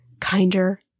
kinder